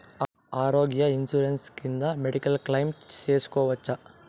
ఆరోగ్య ఇన్సూరెన్సు కింద medical claim సేసుకోవచ్చా?